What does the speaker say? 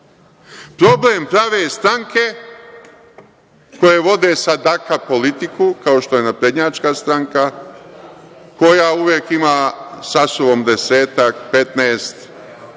Problem prave stranke koje vode sadaka politiku, kao što je naprednjačka stranka, koja uvek ima sa sobom desetak, petnaest